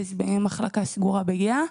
להתאשפז במחלקה סגורה בגהה.